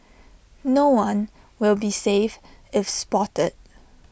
no one will be safe if spotted